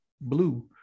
blue